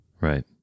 Right